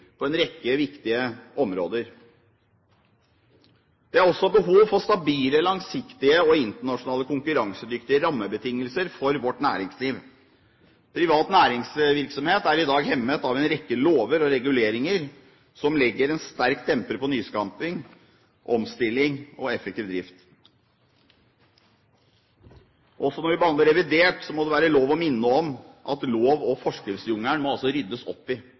på en rekke viktige områder. Det er også behov for stabile, langsiktige og internasjonalt konkurransedyktige rammebetingelser for vårt næringsliv. Privat næringsvirksomhet er i dag hemmet av en rekke lover og reguleringer som legger en sterk demper på nyskapning, omstilling og effektiv drift. Også når vi behandler revidert, må det være lov å minne om at det må ryddes opp i